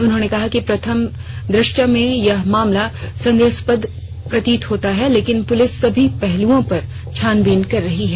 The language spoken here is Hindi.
उन्होंने कहा कि प्रथम दृष्टया यह मामला संदेहाष्पद प्रतीत हो रहा है लेकिन पुलिस सभी पहलुओं पर छानबीन कर रही है